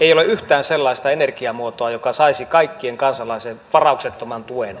ei ole yhtään sellaista energiamuotoa joka saisi kaikkien kansalaisten varauksettoman tuen